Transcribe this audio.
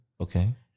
Okay